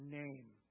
name